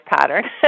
pattern